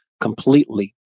completely